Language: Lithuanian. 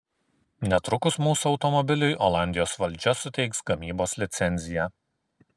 netrukus mūsų automobiliui olandijos valdžia suteiks gamybos licenciją